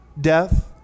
death